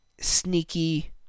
sneaky